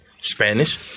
Spanish